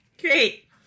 great